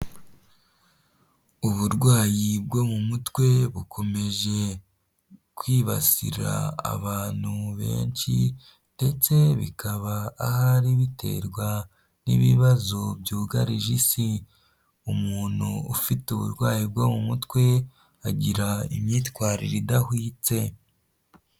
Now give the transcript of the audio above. Uburwayi bwo mu mutwe bukomeje kwibasira abantu benshi ndetse bikaba ahari biterwa n'ibibazo byugarije isi, umuntu ufite uburwayi bwo mu mutwe agira imyitwarire idahwitse.